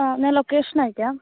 ആ ഞാൻ ലൊക്കേഷനയക്കാം